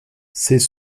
ses